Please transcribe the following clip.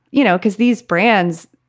you know, because these brands,